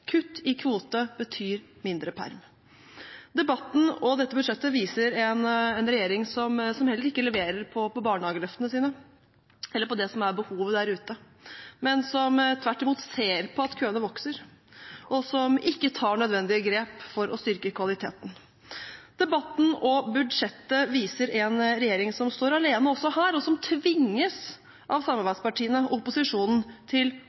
Kutt i kvote betyr mindre perm. Debatten og dette budsjettet viser en regjering som heller ikke leverer på barnehageløftene sine eller på det som er behovet der ute, men som tvert imot ser på at køene vokser, og som ikke tar nødvendige grep for å styrke kvaliteten. Debatten og budsjettet viser en regjering som står alene også her, og som tvinges av samarbeidspartiene og opposisjonen til